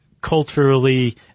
culturally